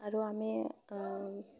আৰু আমি